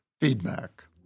Feedback